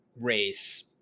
race